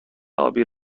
ابی